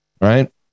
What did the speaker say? right